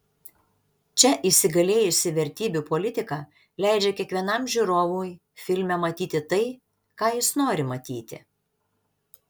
čia įsigalėjusi vertybių politika leidžia kiekvienam žiūrovui filme matyti tai ką jis nori matyti